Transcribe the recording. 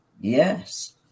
Yes